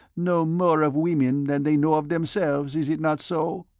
know more of women than they know of themselves, is it not so?